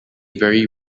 very